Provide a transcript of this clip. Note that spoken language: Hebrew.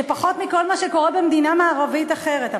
זה פחות מכל מה שקורה במדינה מערבית אחרת.